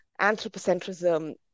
anthropocentrism